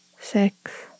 six